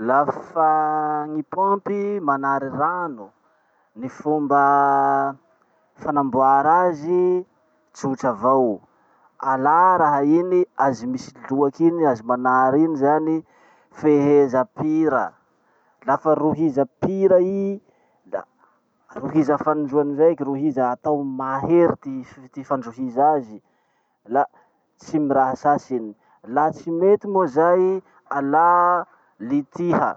Lafa gny pompy manary rano. Ny fomba fanamboara azy tsotra avao. Alà raha iny, azy misy loaky iny, azy manary iny zany, feheza pira. Lafa rohiza pira i, da rohiza fanindroany ndraiky rohiza atao mahery ty f- fandrohiza azy. La tsy miraha sasy iny. Laha tsy mety moa zay, alà litiha,